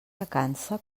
recança